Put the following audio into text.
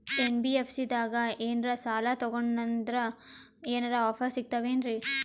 NBFC ದಾಗ ಏನ್ರ ಸಾಲ ತೊಗೊಂಡ್ನಂದರ ಏನರ ಆಫರ್ ಸಿಗ್ತಾವೇನ್ರಿ?